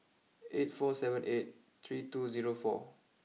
eight four seven eight three two zero four